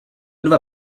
dva